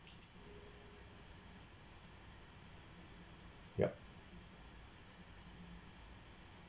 yup